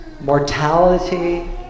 mortality